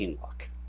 luck